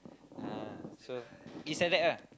ah so it's like that lah